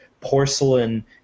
porcelain